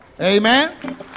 amen